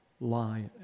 lie